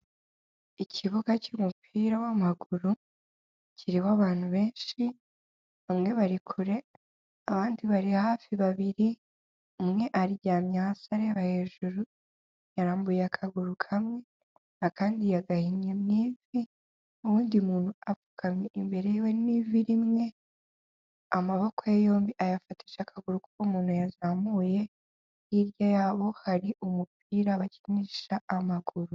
Ikibuga cy'umupira w'amaguru kiriho abantu benshi, bamwe bari kure, abandi bari hafi babiri, umwe aryamye hasi areba hejuru, yarambuye akaguru kamwe, akandi yaguhinnye mu ivi, uwundi muntu apfukamye imbere ye n'ivi rimwe amaboko ye yombi ayafatisha akaguru k'uwo muntu yazamuye, hirya yabo hari umupira bakinisha amaguru.